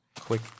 quick